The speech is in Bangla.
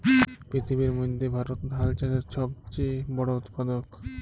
পিথিবীর মইধ্যে ভারত ধাল চাষের ছব চাঁয়ে বড় উৎপাদক